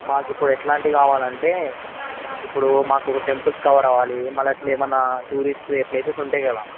మాకు ఇప్పుడు ఎట్లాంటివి కావాలి అంటే ఇప్పుడు మాకు టెంపుల్స్ కవర్ అవ్వాలి మళ్ళీ అట్లా ఏమైనా టూరిస్ట్ ప్లేసెస్ ఉంటాయి కదా